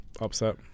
Upset